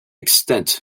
extent